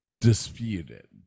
disputed